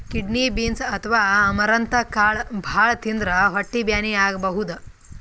kidney beans ಅಥವಾ amaranth ಕಾಳ್ ಭಾಳ್ ತಿಂದ್ರ್ ಹೊಟ್ಟಿ ಬ್ಯಾನಿ ಆಗಬಹುದ್